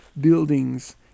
buildings